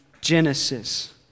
Genesis